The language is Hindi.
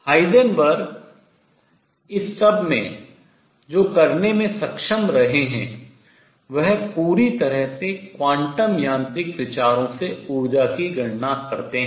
हाइजेनबर्ग इस सब में जो करने में सक्षम रहें है वह पूरी तरह से क्वांटम यांत्रिक विचारों से ऊर्जा की गणना करतें है